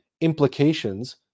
implications